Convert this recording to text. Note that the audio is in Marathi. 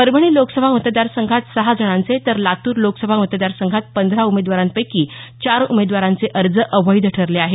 परभणी लोकसभा मतदार संघात सहा जणांचे तर लातूर लोकसभा मतदारसंघात पंधरा उमेदवारांपैकी चार उमेदवारांचे अर्ज अवैध ठरले आहेत